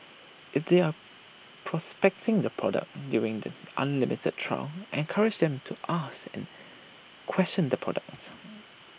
if they are prospecting the product during the unlimited trial encourage them to ask and question the product